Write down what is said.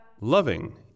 Loving